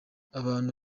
abantu